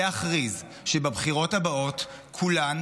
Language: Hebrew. להכריז, שבבחירות הבאות כולן